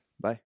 bye